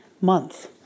month